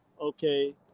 okay